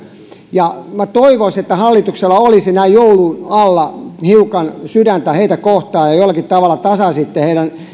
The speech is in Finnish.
minä toivoisin että hallituksella olisi näin joulun alla hiukan sydäntä heitä kohtaan ja jollakin tavalla tasaisitte heidän